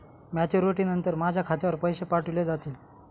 Maturity नंतर माझ्या खात्यावर पैसे पाठविले जातील?